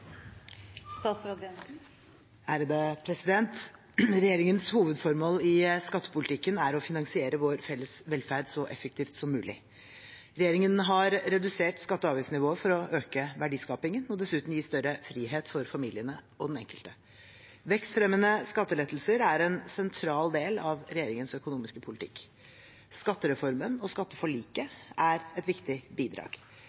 å finansiere vår felles velferd så effektivt som mulig. Regjeringen har redusert skatte- og avgiftsnivået for å øke verdiskapningen, og dessuten gi større frihet for familiene og den enkelte. Vekstfremmende skattelettelser er en sentral del av regjeringens økonomiske politikk. Skattereformen og